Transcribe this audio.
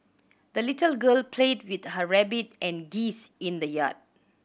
the little girl played with her rabbit and geese in the yard